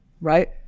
right